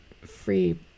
free